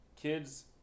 kids